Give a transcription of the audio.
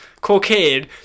cocaine